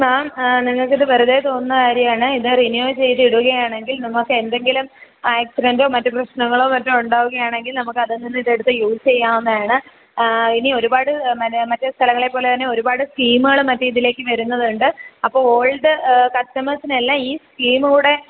മേം നിങ്ങൾക്കിത് വെറുതേ തോന്നുന്ന കാര്യമാണ് ഇത് റിന്യൂ ചെയ്ത് ഇടുകയാണെങ്കിൽ നിങ്ങൾക്കെന്തെങ്കിലും ആക്സിഡെൻ്റോ മറ്റു പ്രശ്നങ്ങളോ മറ്റോ ഉണ്ടാകുകയാണെങ്കിൽ നമുക്കതിൽ നിന്ന് ഇതെടുത്ത് യൂസ് ചെയ്യാവുന്നതാണ് ഇനി ഒരുപാട് മറ്റേ മറ്റേ സ്ഥലങ്ങളേ പോലെ തന്നെ ഒരുപാട് സ്കീമുകൾ മറ്റ് ഇതിലേക്കു വരുന്നതുണ്ട് അപ്പോൾ ഓൾഡ് കസ്റ്റമേഴ്സിനെല്ലാം ഈ സ്കീമിലൂടെ